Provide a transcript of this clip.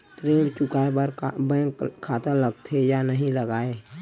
ऋण चुकाए बार बैंक खाता लगथे या नहीं लगाए?